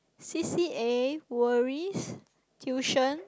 C_C_A worries tuition